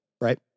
Right